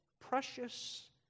precious